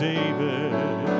David